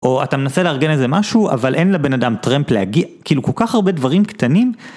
או אתה מנסה לארגן איזה משהו, אבל אין לבן אדם טרמפ להגיע, כאילו כל כך הרבה דברים קטנים.